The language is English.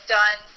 done